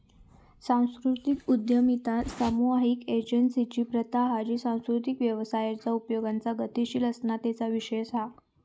सांस्कृतिक उद्यमिता सामुहिक एजेंसिंची प्रथा हा जी सांस्कृतिक व्यवसायांच्या उपायांचा गतीशील असणा तेचो विशेष हा